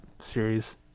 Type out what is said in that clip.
series